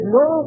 no